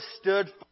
stood